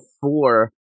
four